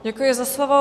Děkuji za slovo.